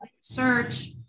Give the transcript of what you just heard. Search